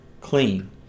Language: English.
clean